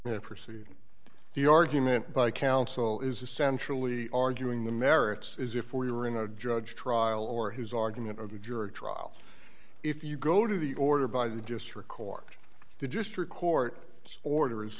perceive the argument by counsel is essentially arguing the merits is if we were in a judge trial or his argument of a jury trial if you go to the order by the just record the district court orders